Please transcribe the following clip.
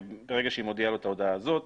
ברגע שהיא מודיעה לו את ההודעה הזאת,